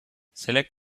select